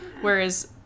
whereas